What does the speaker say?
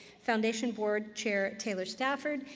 foundation board chair taylor safford,